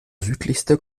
südlichste